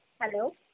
Hello